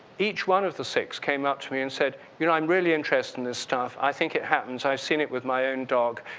each one of the six came out to me and said, you know, i'm really interested in this stuff. i think it happens. i've seen it with my own dog,